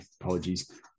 Apologies